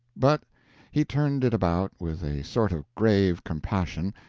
but he turned it about with a sort of grave compassion,